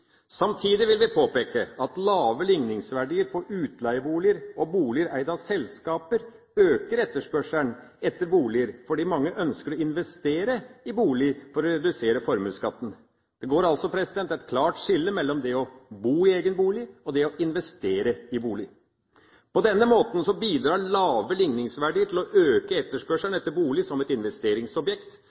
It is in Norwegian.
påpeke at lave ligningsverdier på utleieboliger og boliger eid av selskaper øker etterspørselen etter boliger, fordi mange ønsker å investere i bolig for å redusere formuesskatten. Det går altså et klart skille mellom det å bo i egen bolig og det å investere i bolig. På denne måten bidrar lave ligningsverdier til å øke etterspørselen etter bolig som et investeringsobjekt,